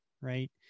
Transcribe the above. right